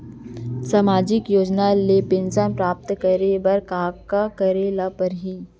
सामाजिक योजना ले पेंशन प्राप्त करे बर का का करे ल पड़ही?